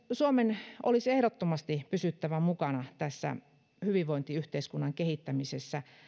suomen olisi ehdottomasti pysyttävä mukana tässä hyvinvointiyhteiskunnan kehittämisessä